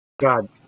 god